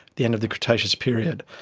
the end of the cretaceous period.